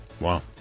Wow